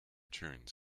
tunes